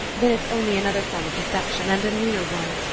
then it's only another form of deception and a meaner one.